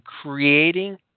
creating